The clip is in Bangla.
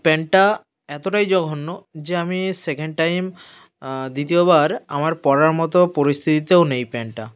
প্যান্টটা এতটাই জঘন্য যে আমি এ সেকেন্ড টাইম দ্বিতীয়বার আমার পরার মতো পরিস্থিতিতেও নেই প্যান্টটা